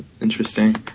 Interesting